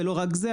ולא רק זה,